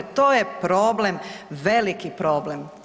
To je problem, veliki problem.